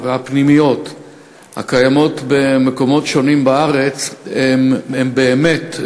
והפנימיות במקומות שונים בארץ הם באמת,